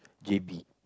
j_b